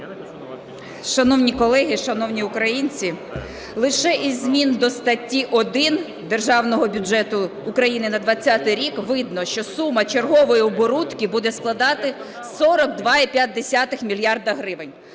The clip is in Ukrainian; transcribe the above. Шановні колеги, шановні українці, лише із змін до статті 1 Державного бюджету України на 20-й рік видно, що сума чергової оборудки буде складати 42,5 мільярда гривень.